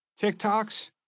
TikToks